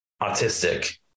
autistic